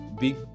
big